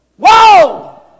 Whoa